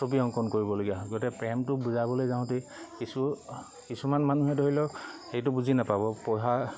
ছবি অংকন কৰিবলগীয়া গতিকে প্ৰেমটোক বুজাবলৈ যাওঁতে কিছু কিছুমান মানুহে ধৰি লওক সেইটো বুজি নাপাব পঢ়া